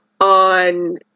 on